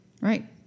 Right